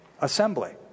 assembly